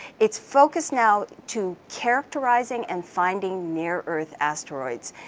it's focus now to characterizing and finding near earth asteroids.